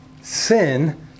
Sin